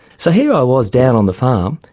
so here i was down on the farm,